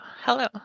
Hello